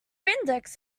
index